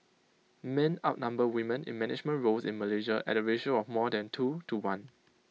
men outnumber women in management roles in Malaysia at A ratio of more than two to one